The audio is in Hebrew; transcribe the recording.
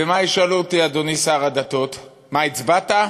ומה ישאלו אותי, אדוני שר הדתות: מה הצבעת?